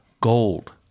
gold